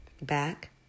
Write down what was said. Back